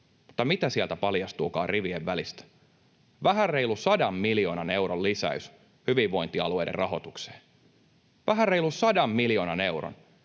Mutta mitä sieltä paljastuukaan rivien välistä? Vähän reilu sadan miljoonan euron lisäys hyvinvointialueiden rahoitukseen, vähän reilun sadan miljoonan euron.